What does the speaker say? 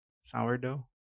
sourdough